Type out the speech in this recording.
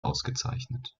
ausgezeichnet